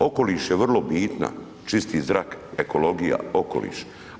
Okoliš je vrlo bitna, čisti zrak, ekologija, okoliš.